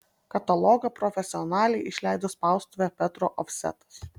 katalogą profesionaliai išleido spaustuvė petro ofsetas